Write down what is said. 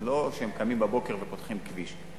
זה לא שהם קמים בבוקר ופותחים כביש.